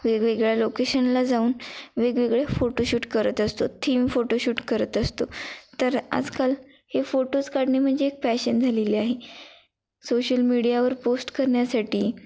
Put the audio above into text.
वेगवेगळ्या लोकेशनला जाऊन वेगवेगळे फोटोशूट करत असतो थीम फोटोशूट करत असतो तर आजकाल हे फोटोज काढणे म्हणजे एक पॅशन झालेली आहे सोशल मीडियावर पोस्ट करण्यासाठी